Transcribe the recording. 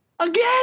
again